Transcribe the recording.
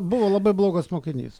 buvo labai blogas mokinys